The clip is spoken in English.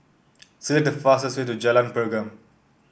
select the fastest way to Jalan Pergam